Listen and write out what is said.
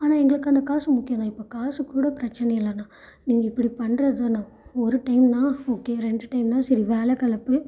ஆனால் எங்களுக்கு அந்த காசு முக்கியம்ணா இப்போது காசு கூட பிரச்சனை இல்லைண்ணா நீங்கள் இப்படி பண்ணுறதுதாண்ணா ஒரு டைம்னா ஓகே ரெண்டு டைம்னா சரி வேலை களைப்பு